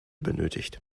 benötigt